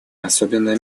особенно